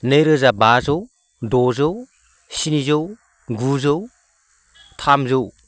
नैरोजा बाजौ द'जौ स्निजौ गुजौ थामजौ